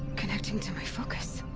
connecting to my focus!